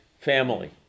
family